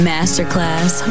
Masterclass